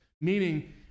meaning